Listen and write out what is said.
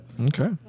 Okay